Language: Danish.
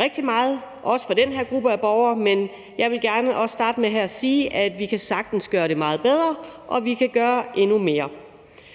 rigtig meget, også for den her gruppe af borgere, men jeg vil gerne starte med at sige, at vi sagtens kan gøre det meget bedre, og vi kan gøre endnu mere.